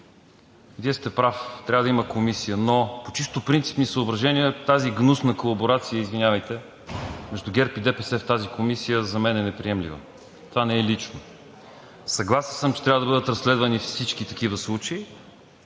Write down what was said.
Вие сте прав – трябва да има комисия. Но по чисто принципни съображения тази гнусна колаборация, извинявайте, между ГЕРБ и ДПС в тази комисия за мен е неприемлива. Това не е лично. Съгласен съм, че трябва да бъдат разследвани всички такива случаи,